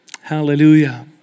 Hallelujah